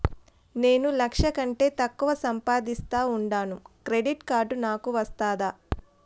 నేను లక్ష కంటే తక్కువ సంపాదిస్తా ఉండాను క్రెడిట్ కార్డు నాకు వస్తాదా